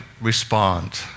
respond